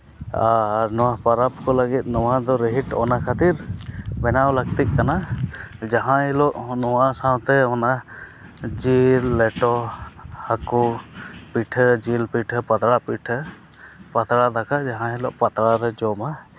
ᱟᱨ ᱱᱚᱣᱟ ᱯᱚᱨᱚᱵᱽ ᱠᱚ ᱞᱟᱹᱜᱤᱫ ᱱᱚᱣᱟ ᱫᱚ ᱨᱤᱦᱤᱴ ᱚᱱᱟ ᱠᱷᱟᱹᱛᱤᱨ ᱵᱮᱱᱟᱣ ᱞᱟᱹᱠᱛᱤᱜ ᱠᱟᱱᱟ ᱡᱟᱦᱟᱸ ᱦᱤᱞᱳᱜ ᱱᱚᱣᱟ ᱥᱟᱶᱛᱮ ᱚᱱᱟ ᱡᱤᱞ ᱞᱮᱴᱚ ᱦᱟᱹᱠᱩ ᱡᱤᱞ ᱯᱤᱴᱷᱟᱹ ᱯᱟᱛᱲᱟ ᱯᱤᱴᱷᱟᱹ ᱯᱟᱛᱲᱟ ᱫᱟᱠᱟ ᱡᱟᱦᱟᱸ ᱦᱤᱞᱳᱜ ᱯᱟᱛᱲᱟ ᱨᱮ ᱡᱚᱢᱟ